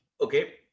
okay